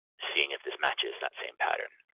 seeing if this matches that same pattern.